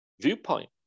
viewpoint